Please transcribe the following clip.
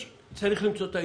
צריך למצוא את האיזון.